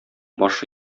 башы